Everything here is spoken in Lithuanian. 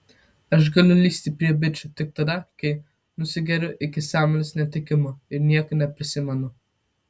aš galiu lįsti prie bičų tik tada kai nusigeriu iki sąmonės netekimo ir nieko neprisimenu